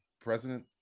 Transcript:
president